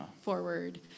forward